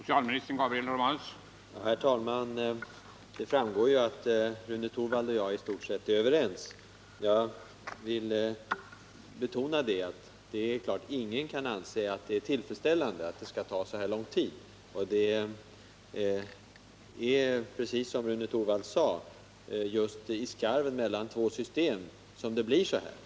Herr talman! Rune Torwald och jag är i stort sett överens. Ingen kan anse det tillfredsställande att det skall ta så lång tid. Men det är, som Rune Torwald sade, just i skarven mellan två system som det har blivit så här.